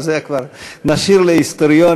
אבל את זה כבר נשאיר להיסטוריונים.